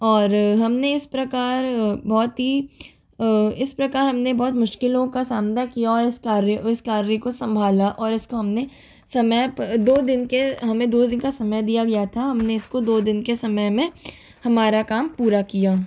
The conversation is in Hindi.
और हमने इस प्रकार बहुत ही इस प्रकार हमने बहुत मुश्किलों का सामना किया और इस कार्य इस कार्य को संभाला और इसको हमने समय दो दिन के हमें दो दिन का समय दिया गया था हमने इसको दो दिन के समय में हमारा काम पूरा किया